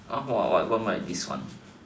what was this one